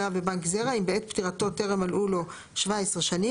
בחייו בבנק זרע אם בעת פטירתו טרם מלאו לו 17 שנים.